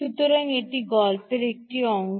সুতরাং এটি গল্পের একটি অংশ